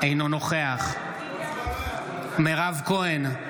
אינו נוכח מירב כהן,